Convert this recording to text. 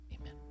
Amen